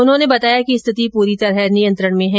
उन्होंने बताया कि स्थिति पूरी तरह नियंत्रण में है